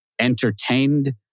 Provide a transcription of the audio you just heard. entertained